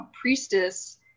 priestess